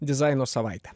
dizaino savaitę